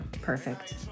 Perfect